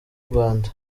rwanda